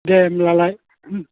दे होनब्लालाय